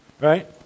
right